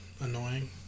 annoying